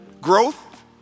Growth